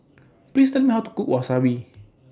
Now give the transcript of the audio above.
Please Tell Me How to Cook Wasabi